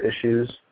issues